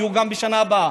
יהיו בהם גם בשנה הבאה.